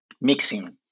mixing